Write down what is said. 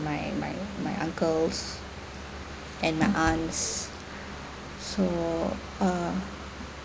my my my uncles and my aunts so uh